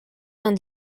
vingt